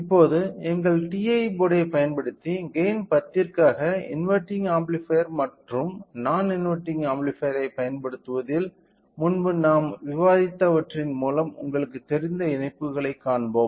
இப்போது எங்கள் TI போர்டைப் பயன்படுத்தி கெய்ன் 10 ற்காக இன்வெர்டிங் ஆம்ப்ளிஃபையர் மற்றும் நான் இன்வெர்ட்டிங் ஆம்ப்ளிஃபையரைப் பயன்படுத்துவதில் முன்பு நாம் விவாதித்தவற்றின் மூலம் உங்களுக்குத் தெரிந்த இணைப்புகளைக் காண்போம்